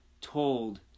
told